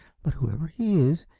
but whoever he is,